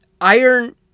iron